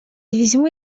візьму